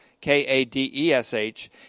K-A-D-E-S-H